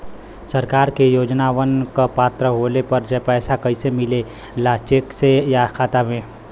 सरकार के योजनावन क पात्र होले पर पैसा कइसे मिले ला चेक से या खाता मे?